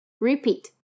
Repeat